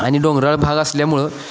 आणि डोंगराळ भाग असल्यामुळं